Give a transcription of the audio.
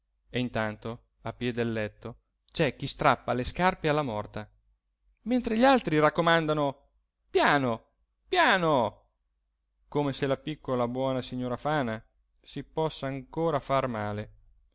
e intanto a piè del letto c'è chi strappa le scarpe alla morta mentre gli altri raccomandano piano piano come se la piccola buona signora fana si possa ancora far male